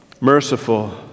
merciful